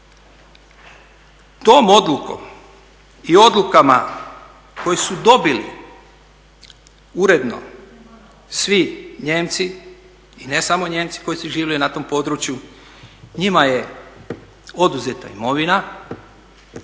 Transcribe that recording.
Tom odlukom i odlukama koje su dobili uredno svi Nijemci i ne samo Nijemci koji su živjeli na tom području njima je oduzeta imovina,